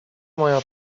moja